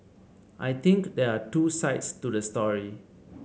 I think there are two sides to the story